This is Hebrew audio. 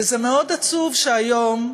וזה מאוד עצוב שהיום,